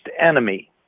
enemy